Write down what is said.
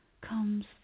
comes